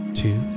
two